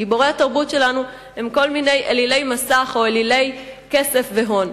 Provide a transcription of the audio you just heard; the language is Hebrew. גיבורי התרבות שלנו הם כל מיני אלילי מסך או אלילי כסף והון.